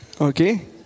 Okay